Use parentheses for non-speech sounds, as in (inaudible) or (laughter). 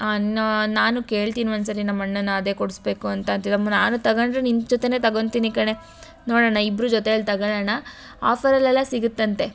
(unintelligible) ನಾನು ಕೇಳ್ತೀನಿ ಒಂದ್ಸರಿ ನಮ್ಮಣ್ಣನ್ನ ಅದೇ ಕೊಡಿಸ್ಬೇಕು ಅಂತ ಅಂತಿದ್ದ ನಾನು ತಗೊಂಡ್ರೆ ನಿನ್ನ ಜೊತೆಲೆ ತಗೋತೀನಿ ಕಣೇ ನೋಡೋಣ ಇಬ್ಬರು ಜೊತೆಯಲ್ಲಿ ತಗೊಳ್ಳೋಣ ಆಫರಲ್ಲೆಲ್ಲ ಸಿಗುತ್ತಂತೆ